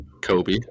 Kobe